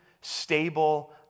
stable